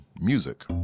music